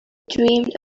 dreamed